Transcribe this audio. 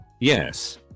Yes